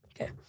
okay